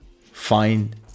Find